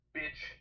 bitch